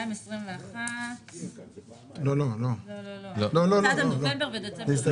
הצעתם נובמבר ודצמבר.